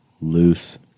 loose